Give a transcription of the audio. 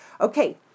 Okay